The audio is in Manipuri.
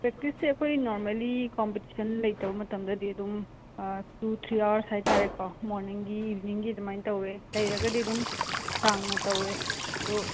ꯄ꯭ꯔꯦꯛꯇꯤꯁꯁꯦ ꯑꯩꯈꯣꯏ ꯅꯣꯔꯃꯦꯜꯂꯤ ꯀꯣꯝꯄꯤꯇꯤꯁꯟ ꯂꯩꯇꯕ ꯃꯇꯝꯗꯗꯤ ꯑꯗꯨꯝ ꯑꯥ ꯇꯨ ꯊ꯭ꯔꯤ ꯑꯥꯋ꯭ꯔꯁ ꯍꯥꯏꯇꯥꯔꯦꯀꯣ ꯃꯣꯔꯅꯤꯡꯒꯤ ꯏꯕꯤꯅꯤꯡꯒꯤ ꯑꯗꯨꯃꯥꯏꯅ ꯇꯧꯋꯦ ꯂꯩꯔꯒꯗꯤ ꯑꯗꯨꯝ ꯁꯥꯡꯅ ꯇꯧꯋꯦ ꯑꯗꯣ